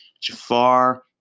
Jafar